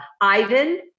ivan